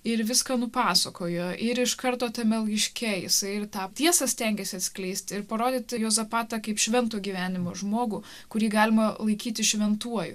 ir viską nupasakojo ir iš karto tame laiške jisai ir tą tiesą stengėsi atskleisti ir parodyti juozapatą kaip švento gyvenimo žmogų kurį galima laikyti šventuoju